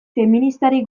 feministarik